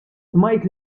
smajt